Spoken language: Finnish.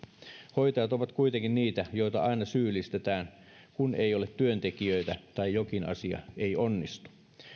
hoitajat ovat kuitenkin niitä joita aina syyllistetään kun ei ole työntekijöitä tai jokin asia ei onnistu